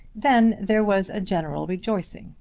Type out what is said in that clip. then there was a general rejoicing,